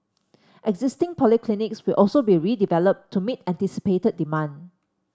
existing polyclinics will also be redeveloped to meet anticipated demand